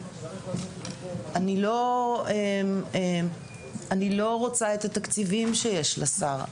אני לא רוצה את התקציבים שיש לשר,